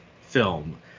film